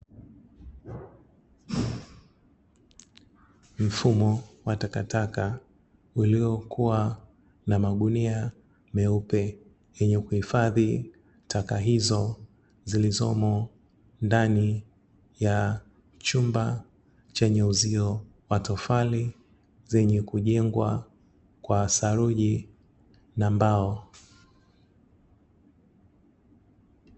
Mfumo wa takataka uliokuwa na magunia meupe, yenye kuhifadhi taka hizo zilizomo ndani ya chumba chenye uzio wa tofali, zenye kujengwa kwa saruji na mbao.